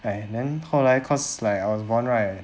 and then 后来 cause like I was born right